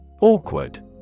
Awkward